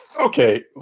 Okay